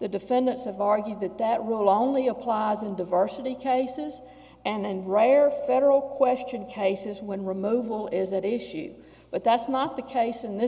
the defendants have argued that that rule only applies in diversity cases and rare federal question cases when removal is that issue but that's not the case in this